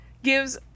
Gives